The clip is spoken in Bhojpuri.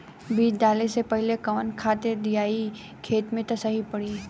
बीज डाले से पहिले कवन खाद्य दियायी खेत में त सही पड़ी?